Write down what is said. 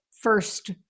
first